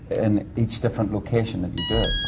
in each different location that you do it.